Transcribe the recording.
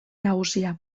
nagusia